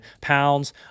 pounds